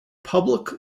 public